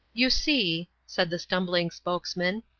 you see, said the stumbling spokesman,